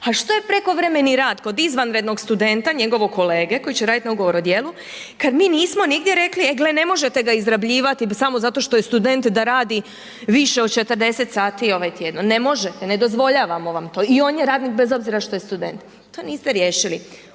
A što je prekovremeni rad kod izvanrednog studenta njegovog kolege koji će raditi na ugovor o djelu kada mi nismo nigdje rekli e gle, ne možete ga izrabljivati samo zato što je student da radi više od 40 sati tjedno, ne možete, ne dozvoljavamo vam to i on je radnik bez obzira što je student. To niste riješili.